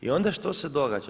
I onda što se događa?